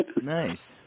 Nice